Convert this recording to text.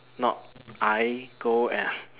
not I go and